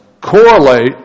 correlate